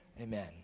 Amen